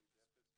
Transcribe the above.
אלי דפס,